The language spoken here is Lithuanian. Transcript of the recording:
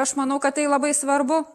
aš manau kad tai labai svarbu